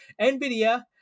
NVIDIA